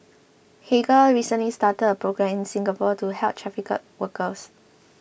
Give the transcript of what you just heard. Hagar recently started a programme in Singapore to help trafficked workers